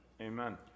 Amen